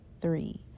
Three